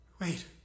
Wait